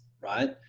right